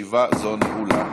בשעה 11:00. ישיבה זו נעולה.